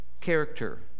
character